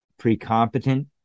Precompetent